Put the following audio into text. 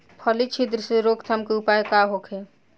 फली छिद्र से रोकथाम के उपाय का होखे?